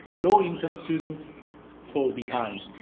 low income students fall behind.